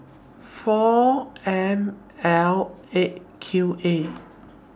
four M L eight Q A